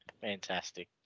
Fantastic